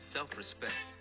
Self-respect